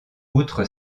outre